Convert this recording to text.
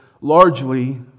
largely